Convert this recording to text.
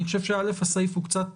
אני חושב, א', שהסעיף הוא קצת